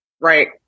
Right